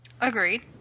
Agreed